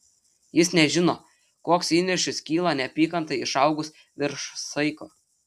jis nežino koks įniršis kyla neapykantai išaugus virš saiko